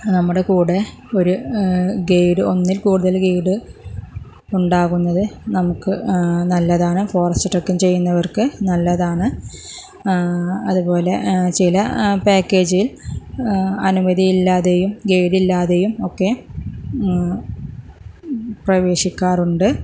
നമ്മുടെ കൂടെ ഒരു ഗൈഡ് ഒന്നിൽ കൂടുതൽ ഗൈഡ് ഉണ്ടാവുന്നത് നമുക്ക് നല്ലതാണ് ഫോറസ്റ്റ് ട്രക്ക് ചെയ്യുന്നവർക്ക് നല്ലതാണ് അതുപോലെ ചില പാക്കേജിൽ അനുമതിയില്ലാതെയും ഗൈഡില്ലാതെയും ഒക്കെ പ്രവേശിക്കാറുണ്ട്